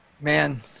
man